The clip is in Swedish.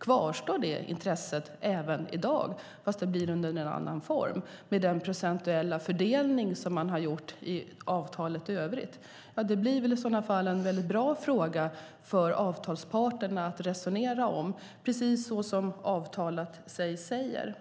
Kvarstår det intresset även i dag, fast det blir under en annan form, med den procentuella fördelning som man har gjort i avtalet i övrigt? Det blir väl i sådana fall en väldigt bra fråga för avtalsparterna att resonera om, precis så som avtalet säger.